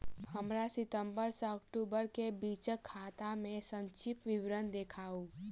हमरा सितम्बर सँ अक्टूबर केँ बीचक खाता केँ संक्षिप्त विवरण देखाऊ?